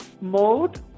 mode